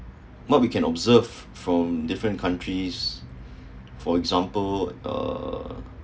what we can observe from different countries for example err